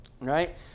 right